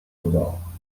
вода